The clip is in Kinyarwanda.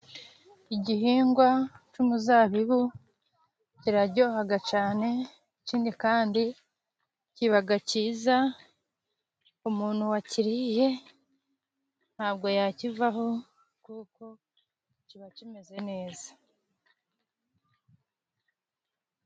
Igihingwa cy'umuzabibu kiraryoha cyane ,ikindi kandi kiba cyiza, umuntu wakiriye ntabwo yakivaho ,kuko kiba kimeze neza.